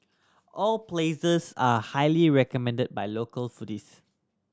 all places are highly recommended by local foodies